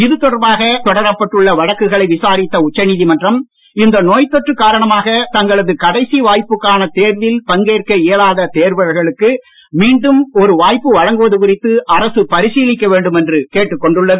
இது தொடர்பாக தொடரப்பட்டுள்ள வழக்குகளை விசாரித்த உச்சநீதிமன்றம் இந்த நோய்த் தொற்று காரணமாக தங்களது கடைசி வாய்ப்புக்கான தேர்வில் பங்கேற்க இயலாத தேர்வர்களுக்கு மீண்டும் ஒரு வாய்ப்பு வழங்குவது குறித்து அரசு பரிசீலிக்க வேண்டும் என்று கேட்டுக்கொண்டுள்ளது